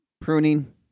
pruning